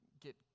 get